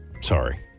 sorry